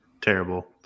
terrible